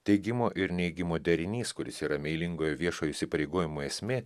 teigimo ir neigimo derinys kuris yra meilingojo viešojo įsipareigojimo esmė